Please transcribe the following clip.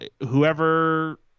whoever –